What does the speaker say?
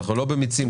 אנחנו לא במיצים כרגע.